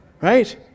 Right